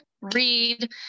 read